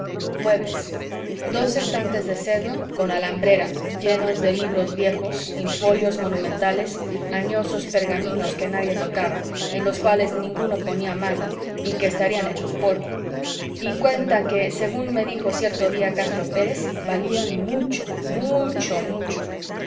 muebles dos estantes de cedro con alambrera llenos de libros viejos infolios monumentales añosos pergaminos que nadie tocaba en los cuales ninguno ponía mano y que estarían hechos polvo y cuenta que según me dijo cierto día castro pérez valían mucho mucho mucho